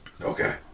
Okay